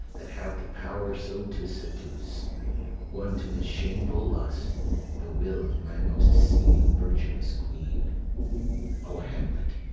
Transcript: that have the power so to seduce won to his shameful lust the will of my most seeming-virtuous queen o hamlet,